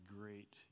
great